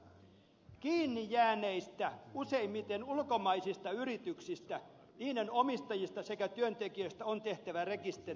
kiinni jääneistä useimmiten ulkomaisista yrityksistä niiden omistajista sekä työntekijöistä on tehtävä rekisteri